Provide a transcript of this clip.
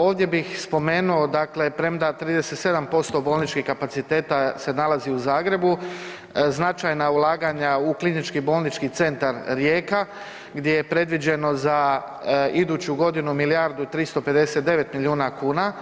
Ovdje bih spomenuo dakle premda 37% bolničkih kapaciteta se nalazi u Zagrebu, značajna ulaganja u KBC Rijeka gdje je predviđeno za iduću godinu milijardu 359 milijuna kuna,